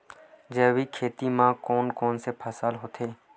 जैविक खेती म कोन कोन से फसल होथे?